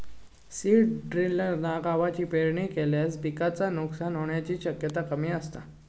seed ड्रिलना गवाची पेरणी केल्यास पिकाचा नुकसान होण्याची शक्यता कमी असता